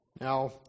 Now